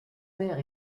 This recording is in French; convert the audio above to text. mère